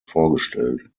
vorgestellt